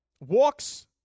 Walks